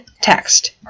text